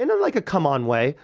in a like a come-on way.